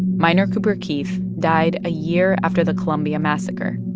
minor cooper keith died a year after the columbia massacre,